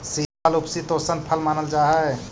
सीताफल उपशीतोष्ण फल मानल जा हाई